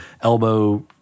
elbow